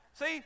See